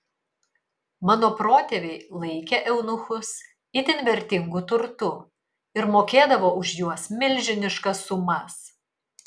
mano protėviai laikė eunuchus itin vertingu turtu ir mokėdavo už juos milžiniškas sumas